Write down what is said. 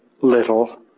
little